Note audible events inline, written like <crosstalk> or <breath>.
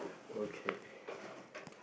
okay <breath>